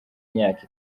imyaka